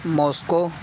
Moscow